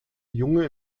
junge